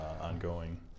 ongoing